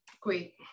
great